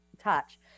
touch